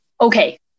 Okay